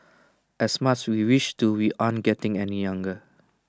as much we wish to we aren't getting any younger